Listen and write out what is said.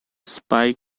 spike